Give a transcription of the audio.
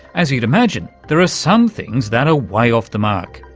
as you'd imagine, there are some things that are way off the mark,